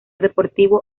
deportivo